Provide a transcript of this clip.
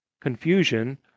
confusion